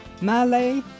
Malay